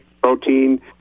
protein